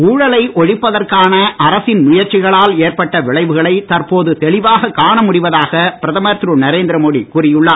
ஊழலை ஒழிப்பதற்கான அரசின் முயற்சிகளால் ஏற்பட்ட விளைவுகளை தற்போது தெளிவாக காண முடிவதாக பிரதமர் திரு நரேந்திரமோடி கூறி உள்ளார்